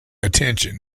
attention